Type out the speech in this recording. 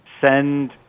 send